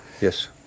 Yes